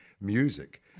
music